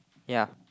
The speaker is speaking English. ya